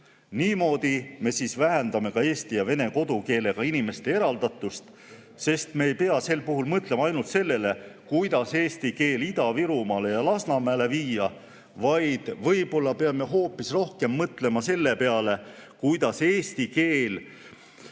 Niimoodi me vähendame ka eesti ja vene kodukeelega inimeste eraldatust, sest me ei pea sel puhul mõtlema ainult sellele, kuidas eesti keel Ida-Virumaale ja Lasnamäele viia, vaid võib-olla peame hoopis rohkem mõtlema selle peale, kuidas Ida-Virumaal